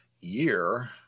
year